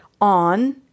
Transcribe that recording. on